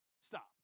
stop